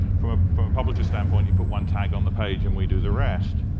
from a publisher's standpoint, you put one tag on the page and we do the rest.